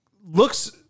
Looks